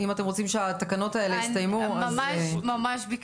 אם אתם רוצים שהתקנות האלה יסתיימו אז --- ממש בקצרה.